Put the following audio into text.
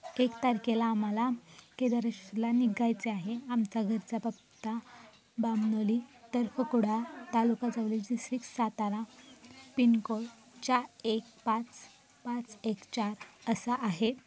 एक तारखेला आम्हाला केदारेश्वरला निघायचे आहे आमचा घरच्या पत्ता बामनोली टर्फ कुडाळ तालुका Javali district Satara pin code चार एक पाच पाच एक चार असा आहे